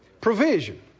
provision